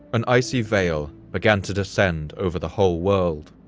an icy veil began to descend over the whole world.